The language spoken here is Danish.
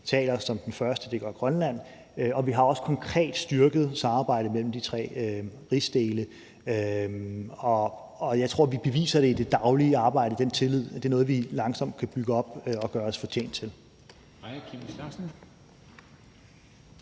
taler som den første? Det gør Grønland. Vi har også konkret styrket samarbejdet mellem de tre rigsdele, og jeg tror, vi beviser i det daglige arbejde, at den tillid er noget, vi langsomt kan bygge op og gøre os fortjent til.